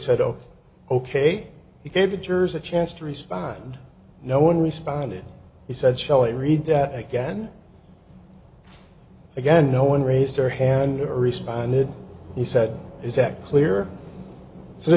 said oh ok he gave the jurors a chance to respond no one responded he said shall i read that again again no one raised their hand or responded he said is that clear so the